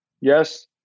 Yes